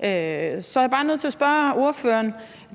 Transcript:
her er jeg så bare nødt til at spørge ordføreren